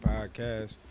Podcast